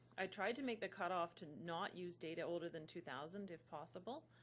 i tried to make the cutoff to not use data older than two thousand if possible.